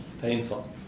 Painful